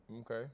okay